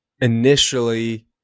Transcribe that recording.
initially